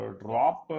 drop